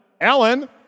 Alan